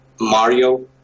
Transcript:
Mario